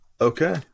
Okay